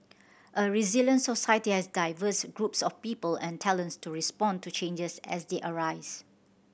a resilient society has diverse groups of people and talents to respond to changes as they arise